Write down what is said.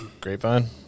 Grapevine